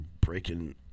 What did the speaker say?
breaking